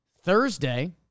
Thursday